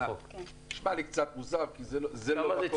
זה נשמע לי קצת מוזר כי אנשים באים